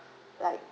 like